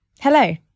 Hello